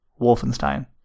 Wolfenstein